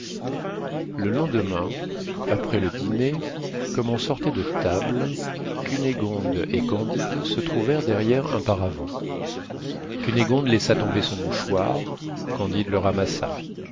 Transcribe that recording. le lendemain après le dîner comme on sortait de table cunégonde et candide se trouvèrent derrière un paravent cunégonde laissa tomber son mouchoir candide le ramassa